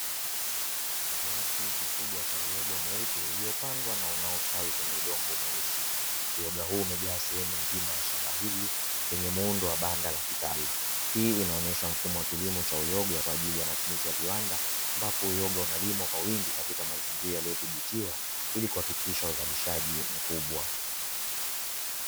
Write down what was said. Kiasi kikubwa cha uyoga mweupe uliopangwa na unaostawi kwenye udongo mweusi huyoga huu umejaa sehemu nzima ya shamba, hili lenye muundo wa banda la kitalu, hii inaonesha mfumo wa kilimo cha uyoga kwa ajili ya matumizi ya viwanda ambapo uyoga unalimwa kwa wingi katika mazingira yaliyodhibitiwa ili kuhakikisha uzalishaji mkubwa.